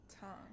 tongue